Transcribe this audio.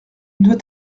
doit